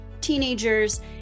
teenagers